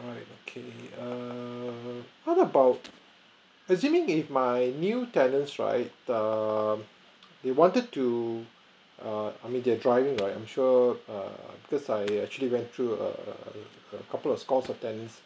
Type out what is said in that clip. alright okay err how about assuming if my new tenants right the they wanted to err I mean they're driving right I'm sure err because I actually went through err couple of score attends